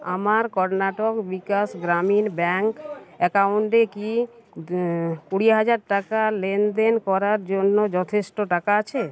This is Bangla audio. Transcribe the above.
আমার কর্ণাটক বিকাশ গ্রামীণ ব্যাঙ্ক অ্যাকাউন্টে কি কুড়ি হাজার টাকা লেনদেন করার জন্য যথেষ্ট টাকা আছে